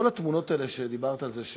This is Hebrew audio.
כל התמונות האלה שדיברת עליהן,